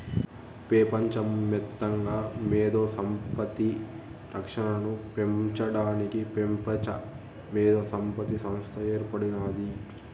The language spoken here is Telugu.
పెపంచ మొత్తంగా మేధో సంపత్తి రక్షనను పెంచడానికి పెపంచ మేధోసంపత్తి సంస్త ఏర్పడినాది